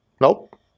Nope